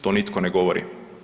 To nitko ne govori.